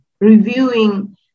reviewing